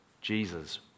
Jesus